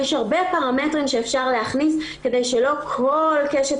יש הרבה פרמטרים שאפשר להכניס כדי שלא כל קשת